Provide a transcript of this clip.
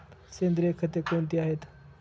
सेंद्रिय खते कोणती आहेत?